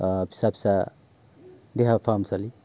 ओ फिसा फिसा देहा फाहामसालि